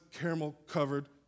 caramel-covered